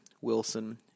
Wilson